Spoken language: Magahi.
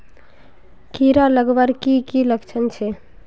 कीड़ा लगवार की की लक्षण छे?